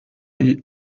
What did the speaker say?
die